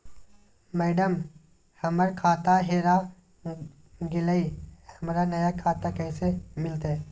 madam, हमर खाता हेरा गेलई, हमरा नया खाता कैसे मिलते